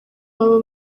baba